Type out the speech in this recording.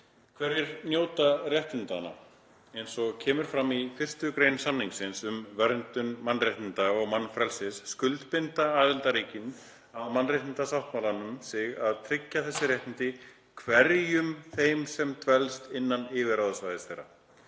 „Hverjir njóta réttindanna? Eins og kemur fram í 1. gr. samningsins um verndun mannréttinda og mannfrelsis skuldbinda aðildarríkin að mannréttindasáttmálanum sig til að tryggja þessi réttindi hverjum þeim sem dvelst innan yfirráðasvæðis þeirra.